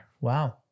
Wow